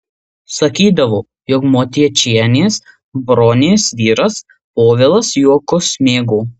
sakydavo jog motiečienės bronės vyras povilas juokus mėgo